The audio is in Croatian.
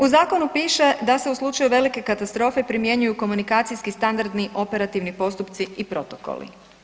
U Zakonu piše da se u slučaju velike katastrofe primjenjuju komunikacijski standardni operativni postupci i protokoli.